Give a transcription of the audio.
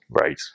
Right